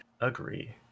Agree